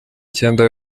icyenda